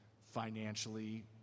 financially